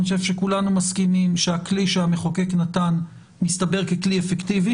אני חושב שכולנו מסכימים שהכלי שהמחוקק נתן מסתבר ככלי אפקטיבי